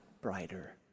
brighter